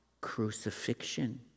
crucifixion